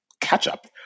catch-up